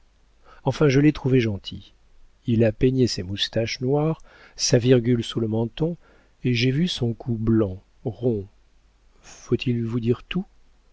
enfin je l'ai trouvé gentil il a peigné ses moustaches noires sa virgule sous le menton et j'ai vu son cou blanc rond faut-il vous dire tout